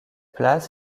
place